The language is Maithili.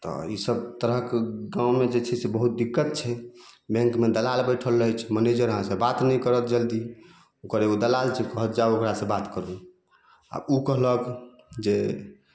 तऽ ई सब तरहक गाँवमे जे छै से बहुत दिक्कत छै बैंकमे दलाल बैठल रहय छै मैनेजर अहाँसँ बात नहि करत जल्दी ओकर एगो दलाल छै कहत जाउ ओकरासँ बात करू आओर उ कहलक जे